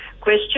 question